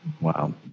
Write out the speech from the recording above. Wow